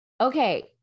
okay